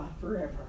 forever